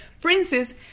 princes